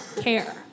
Care